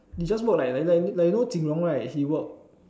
you just work like like like you you know Jin-Rong right he work